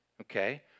Okay